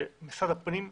שמשרד הפנים טעה,